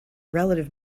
relative